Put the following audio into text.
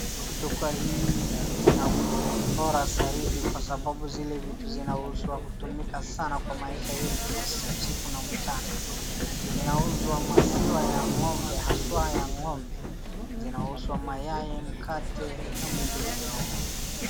Duka hii ni bora zaidi kwa sababu zile vitu zinauzwa hutumika sana kwa maisha yetu kwa usiku na mchana. Inauzwa maziwa ya ng'ombe haswa ya ng'ombe zinauzwa mayai mkate na mengineo